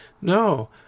No